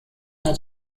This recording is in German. hat